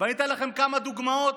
ואני אתן לכם כמה דוגמאות: